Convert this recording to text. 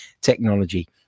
technology